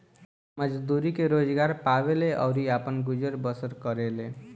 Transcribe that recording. मजदूरी के रोजगार पावेले अउरी आपन गुजर बसर करेले